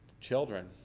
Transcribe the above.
Children